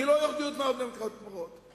כי לא יורידו את המע"מ על ירקות ופירות.